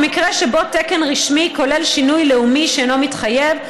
במקרה שבו תקן רשמי כולל שינוי לאומי שאינו מתחייב,